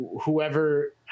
whoever